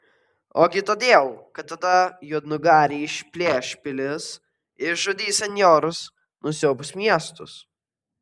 ogi todėl kad tada juodnugariai išplėš pilis išžudys senjorus nusiaubs miestus